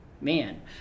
man